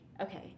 okay